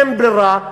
אין ברירה,